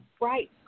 Right